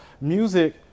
music